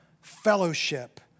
fellowship